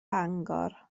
bangor